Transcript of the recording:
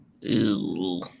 Ew